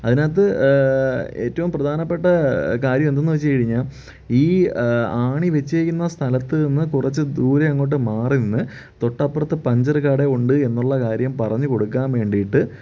അതിനകത്ത് ഏറ്റവും പ്രധാനപ്പെട്ട കാര്യം എന്തെന്ന് വെച്ച് കഴിഞ്ഞാൽ ഈ ആണി വെച്ചിരിക്കുന്ന സ്ഥലത്ത് നിന്ന് കുറച്ചു ദൂരെ അങ്ങോട്ട് മാറി നിന്ന് തൊട്ടപ്പുറത്ത് പഞ്ചർ കട ഉണ്ട് എന്നുള്ള കാര്യം പറഞ്ഞുകൊടുക്കാൻ വേണ്ടിയിട്ട്